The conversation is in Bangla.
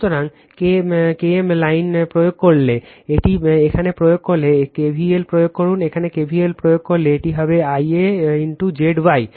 সুতরাং K KM লাইনিং প্রয়োগ করলে এটি এখানে প্রয়োগ করলে এখানে KVL প্রয়োগ করুন এখানে KVL প্রয়োগ করলে এটি হবে Ia Zy